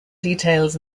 details